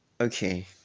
Okay